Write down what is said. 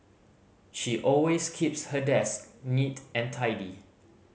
she always keeps her desk neat and tidy